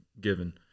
given